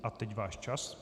A teď váš čas.